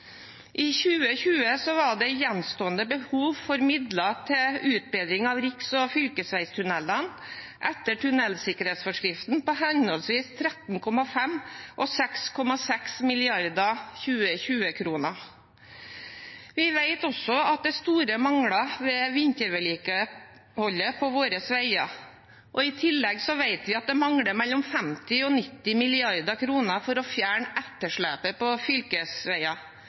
I 2020 var det gjenstående behov for midler til utbedring av riks- og fylkesveitunnelene etter tunnelsikkerhetsforskriften på henholdsvis 13,5 og 6,6 mrd. 2020-kroner. Vi vet også at det er store mangler ved vintervedlikeholdet på veiene våre. I tillegg vet vi at det mangler mellom 50 og 90 mrd. kr for å fjerne etterslepet på fylkesveier.